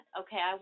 okay